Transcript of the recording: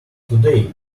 today